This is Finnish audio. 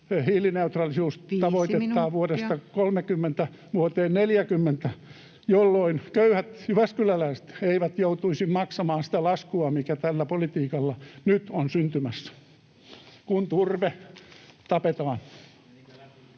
5 minuuttia!] vuodesta 30 vuoteen 40, jolloin köyhät jyväskyläläiset eivät joutuisi maksamaan sitä laskua, mikä tällä politiikalla nyt on syntymässä, kun turve tapetaan.